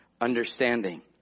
understanding